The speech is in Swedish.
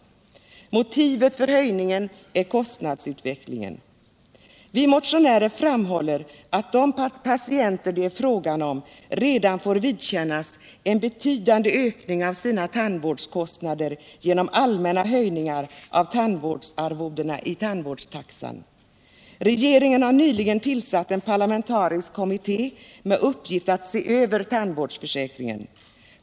Motivet för denna försämring är kostnadsutvecklingen. Vi motionärer framhåller att de patienter det är fråga om redan fått vidkännas en betydande höjning av sina tandvårdskostnader genom allmänna höjningar av tandvårdsarvodena enligt tandvårdstaxan. Regeringen har nyligen tillsatt en parlamentarisk kommitté med uppgift att se över tandvårdsförsäkringen.